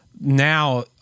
now